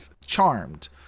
Charmed